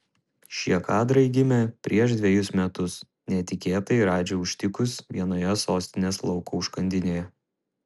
šie kadrai gimė prieš dvejus metus netikėtai radži užtikus vienoje sostinės lauko užkandinėje